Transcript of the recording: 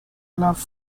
love